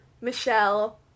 Michelle